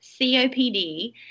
COPD